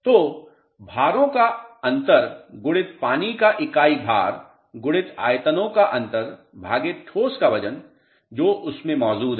तो भारों का अंतर गुणित पानी का इकाई भार गुणित आयतनों का अंतर भागित ठोस का वजन जो उसमें मौजूद हैं